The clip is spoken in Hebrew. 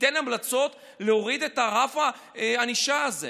שייתן המלצות להוריד את רף הענישה הזה.